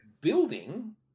building